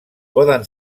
poden